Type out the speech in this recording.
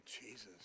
Jesus